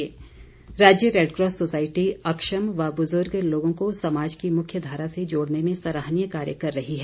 red cross society राज्य red cross society अक्षम व बुजुर्ग लोगों को समाज की मुख्य धारा से जोड़ने में सराहनीय कार्य कर रही है